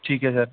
ਠੀਕ ਹੈ ਸਰ